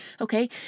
okay